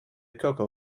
cocoa